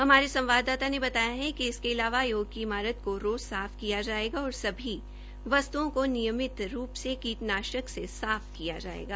हमारे संवाददाता ने बताया कि इसके अलावा आयोग की इमारत को रोज़ साफ किया जायेगा और सभी वस्त्ओं को नियमित रूप से कीटान्ाशक से साफ किया जायेगा